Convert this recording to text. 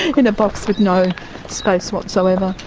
in a box with no space whatsoever.